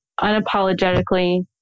unapologetically